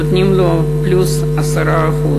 נותנים לו פלוס 10%,